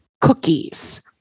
Cookies